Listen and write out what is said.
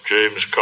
James